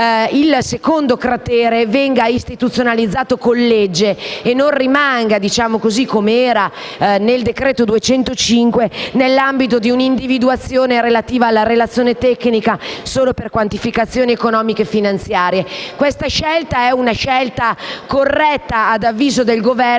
il secondo cratere venga istituzionalizzato con legge e non rimanga, così come era previsto nel decreto-legge n. 205, nell'ambito di un'individuazione relativa alla relazione tecnica solo per quantificazioni economiche e finanziarie. Si tratta di una scelta corretta, ad avviso del Governo,